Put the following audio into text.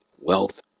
wealth